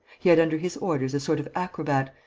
he had under his orders a sort of acrobat,